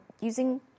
using